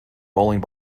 bowling